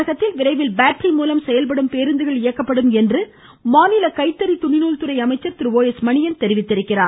தமிழகத்தில் விரைவில் பேட்டரி மூலம் செயல்படும் பேருந்துகள் இயக்கப்படும் என்று மாநில கைத்தறி துணிநூல்துறை அமைச்சர் திரு ஓ எஸ் மணியன் தெரிவித்துள்ளார்